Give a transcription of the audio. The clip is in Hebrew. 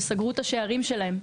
שסגרו את השערים שלהן.